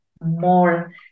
more